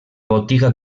botiga